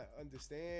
understand